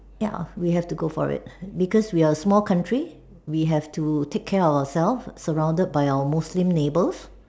ya we have to go for it because we are a small country we have to take care ourselves surrounded by our Muslim neighbours